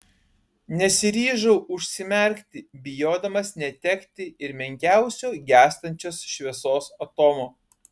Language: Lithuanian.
nesiryžau užsimerkti bijodamas netekti ir menkiausio gęstančios šviesos atomo